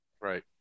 Right